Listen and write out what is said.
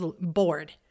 bored